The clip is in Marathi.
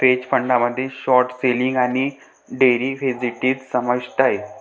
हेज फंडामध्ये शॉर्ट सेलिंग आणि डेरिव्हेटिव्ह्ज समाविष्ट आहेत